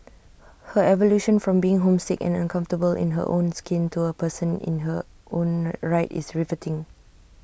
her evolution from being homesick and uncomfortable in her own skin to A person in her own right is riveting